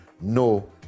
No